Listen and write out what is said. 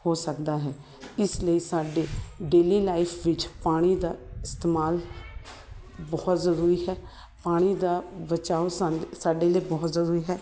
ਹੋ ਸਕਦਾ ਹੈ ਇਸ ਲਈ ਸਾਡੇ ਡੇਲੀ ਲਾਈਫ ਵਿੱਚ ਪਾਣੀ ਦਾ ਇਸਤੇਮਾਲ ਬਹੁਤ ਜ਼ਰੂਰੀ ਹੈ ਪਾਣੀ ਦਾ ਬਚਾਓ ਸਾਂ ਸਾਡੇ ਲਈ ਬਹੁਤ ਜ਼ਰੂਰੀ ਹੈ